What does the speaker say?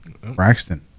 Braxton